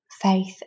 faith